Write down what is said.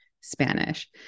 Spanish